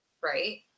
right